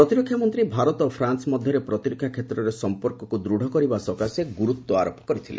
ପ୍ରତିରକ୍ଷା ମନ୍ତ୍ରୀ ଭାରତ ଓ ଫ୍ରାନ୍ଦ ମଧ୍ୟରେ ପ୍ରତିରକ୍ଷା କ୍ଷେତ୍ରରେ ସମ୍ପର୍କକୁ ଦୃଢ଼ କରିବା ସକାଶେ ଗୁରୁତ୍ୱ ଆରୋପ କରିଥିଲେ